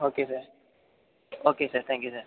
okay sir okay sir thank you sir